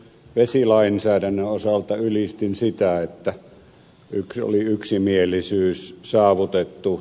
vesilainsäädännön osalta ylistin sitä että oli yksimielisyys saavutettu